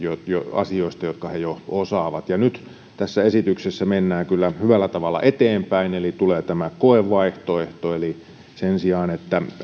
asioista jotka he jo osaavat nyt tässä esityksessä mennään kyllä hyvällä tavalla eteenpäin eli tulee tämä koevaihtoehto eli sen sijaan että